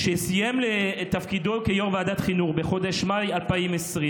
כשסיים את תפקידו כיו"ר ועדת החינוך בחודש מאי 2020,